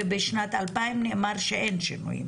ובשנת 2000 נאמר שאין שינויים.